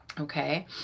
okay